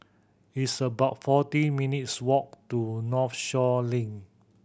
it's about fourteen minutes' walk to Northshore Link